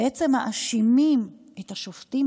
בעצם מאשימים את השופטים,